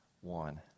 one